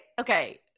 okay